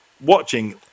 watching